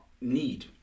need